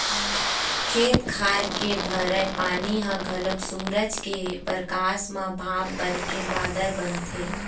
खेत खार के भराए पानी ह घलोक सूरज के परकास म भाप बनके बादर बनथे